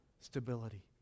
stability